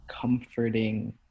comforting